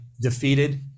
defeated